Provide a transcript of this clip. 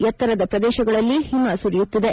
ಎತ್ತರದ ಪ್ರದೇಶಗಳಲ್ಲಿ ಹಿಮ ಸುರಿಯುತ್ತಿದೆ